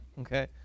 Okay